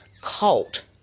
cult